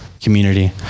community